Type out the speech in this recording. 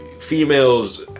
females